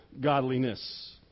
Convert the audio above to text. godliness